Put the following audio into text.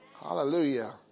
Hallelujah